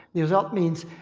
the result means,